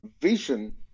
vision